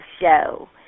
show